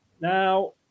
Now